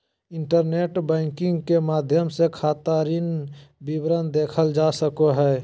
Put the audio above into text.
internet banking के माध्यम से खाता ऋण विवरण देखल जा सको हइ